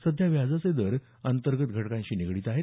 सध्या व्याजाचे दर अंतर्गत घटकांशी निगडीत आहेत